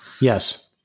Yes